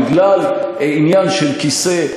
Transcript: בגלל עניין של כיסא,